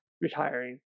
retiring